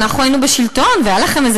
אנחנו היינו בשלטון והייתה לכם איזה